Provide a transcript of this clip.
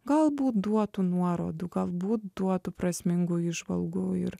galbūt duotų nuorodų galbūt duotų prasmingų įžvalgų ir